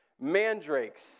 mandrakes